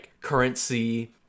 currency